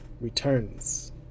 returns